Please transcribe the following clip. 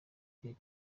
gihe